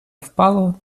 впало